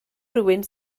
rywun